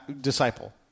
disciple